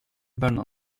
vernon